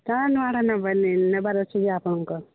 କାଣା ନୁ ଏଟା ନେବ ନେବାର ଅଛି ନିଅ ଆପଣଙ୍କର